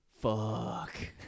fuck